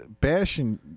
bashing